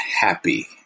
happy